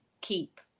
keep